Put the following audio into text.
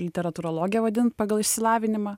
literatūrologė vadint pagal išsilavinimą